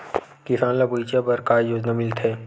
किसान ल बगीचा बर का योजना मिलथे?